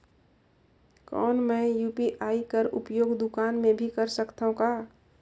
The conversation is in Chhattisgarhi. कौन मै यू.पी.आई कर उपयोग दुकान मे भी कर सकथव का?